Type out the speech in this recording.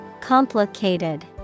Complicated